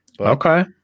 Okay